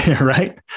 Right